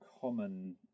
common